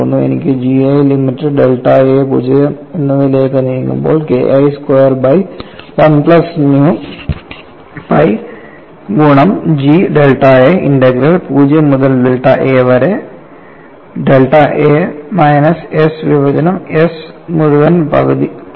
എനിക്ക് G I limit delta a 0 എന്നതിലേക്ക് നീങ്ങുമ്പോൾ K I square by 1 plus nu pi ഗുണം G ഡെൽറ്റ a ഇന്റഗ്രൽ 0 മുതൽ delta a വരെ ഡെൽറ്റ a മൈനസ് s വിഭജനം s മുഴുവൻ പവർ പകുതി ആണ്